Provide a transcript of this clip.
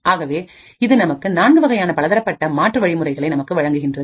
ஆகவே இது நமக்குநான்கு வகையான பலதரப்பட்ட மாற்று வழிமுறைகளை நமக்கு வழங்குகின்றது